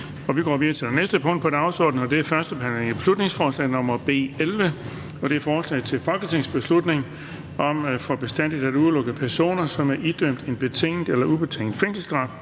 næste punkt på dagsordenen er: 12) 1. behandling af beslutningsforslag nr. B 11: Forslag til folketingsbeslutning om for bestandig at udelukke personer, som er idømt en betinget eller ubetinget fængselsstraf,